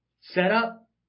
setup